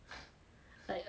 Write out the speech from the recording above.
like (uh huh)